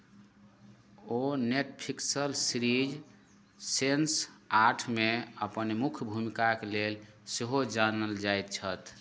ओ Netflix series Sense आठमे अपन मुख्य भूमिकाके लेल सेहो जानल जाइत छथि